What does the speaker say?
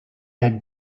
had